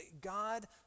God